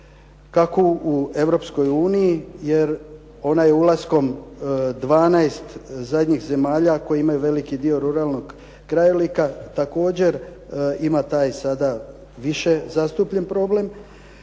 kako u Europskoj uniji, jer ona je ulaskom 12 zadnjih zemalja koje imaju veliki dio ruralnog krajolika također ima taj sada više zastupljen problem.